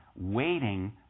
waiting